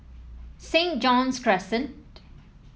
Saint John's Crescent